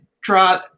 draw